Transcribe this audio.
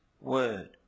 word